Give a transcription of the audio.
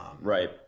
Right